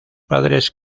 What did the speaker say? padres